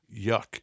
yuck